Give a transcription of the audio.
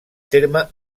terme